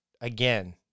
again